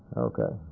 okay.